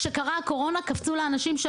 כשקרתה הקורונה קפצו לאנשים דברים,